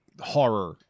horror